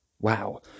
Wow